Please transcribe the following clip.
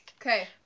Okay